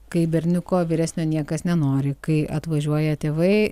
kai berniuko vyresnio niekas nenori kai atvažiuoja tėvai